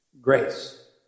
grace